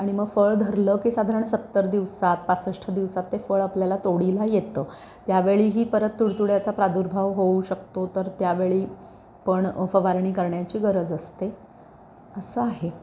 आणि मग फळ धरलं की साधारण सत्तर दिवसात पासष्ट दिवसात ते फळ आपल्याला तोडीला येतं त्यावेळीही परत तुडतुड्याचा प्रादुर्भाव होऊ शकतो तर त्यावेळी पण फवारणी करण्याची गरज असते असं आहे